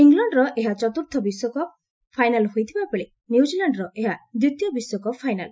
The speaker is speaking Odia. ଇଂଲଣ୍ଡର ଏହା ଚତ୍ର୍ଥ ବିଶ୍ୱକପ୍ ଫାଇନାଲ ହୋଇଥିବାବେଳେ ନ୍ୟୁଜିଲାଣ୍ଡର ଏହା ଦ୍ୱିତୀୟ ବିଶ୍ୱକପ୍ ଫାଇନାଲ